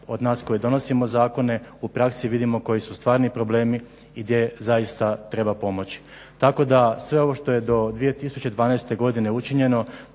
od nas koji donosimo zakone u praksi vidimo koji su stvarni problemi i gdje zaista treba pomoći. Tako da sve ovo što je do 2012. godine učinjeno